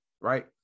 right